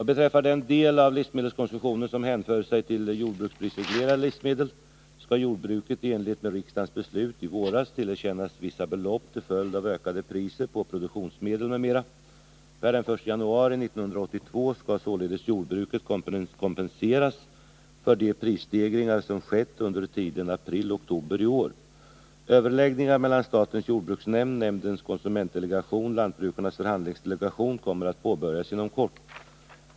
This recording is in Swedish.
Vad beträffar den del av livsmedelskonsumtionen som hänför sig till jordbruksprisreglerade livsmedel skall jordbruket i enlighet med riksdagens beslut i våras tillerkännas vissa belopp till följd av ökade priser på produktionsmedel m.m. Per den 1 januari 1982 skall således jordbruket kompenseras för de prisstegringar som skett under tiden april — oktober i år. Överläggningar mellan statens jordbruksnämnd. nämndens konsumentdelegation och lantbrukarnas förhandlingsdelegation kommer att påbörjas inom kort.